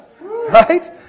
Right